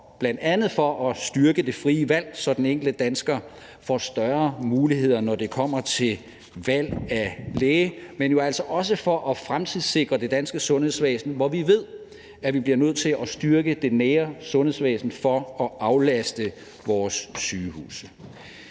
bl.a. for at styrke det frie valg, så den enkelte dansker får større muligheder, når det kommer til valg af læge, men jo altså også for at fremtidssikre det danske sundhedsvæsen, hvor vi ved at vi bliver nødt til at styrke det nære sundhedsvæsen for at aflaste vores sygehuse.